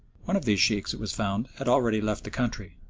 one of these sheikhs, it was found, had already left the country,